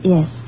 Yes